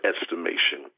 estimation